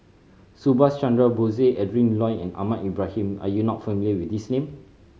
Subhas Chandra Bose Adrin Loi and Ahmad Ibrahim are you not familiar with these name